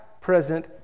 present